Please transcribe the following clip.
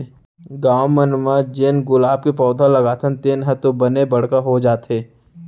गॉव मन म जेन गुलाब के पउधा लगाथन तेन ह तो बने बड़का हो जाथे